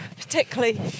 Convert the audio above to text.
particularly